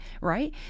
right